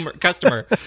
customer